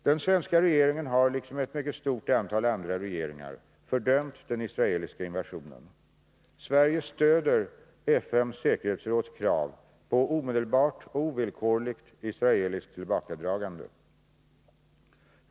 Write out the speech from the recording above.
Den svenska regeringen har liksom ett mycket stort antal andra regeringar fördömt den israeliska invasionen. Sverige stöder FN:s säkerhetsråds krav på omedelbart och ovillkorligt israeliskt tillbakadragande.